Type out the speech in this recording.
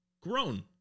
grown